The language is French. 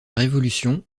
révolution